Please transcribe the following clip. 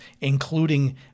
including